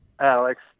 Alex